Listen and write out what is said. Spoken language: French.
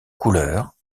couleur